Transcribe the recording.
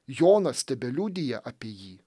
jonas tebeliudija apie jį